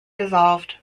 dissolved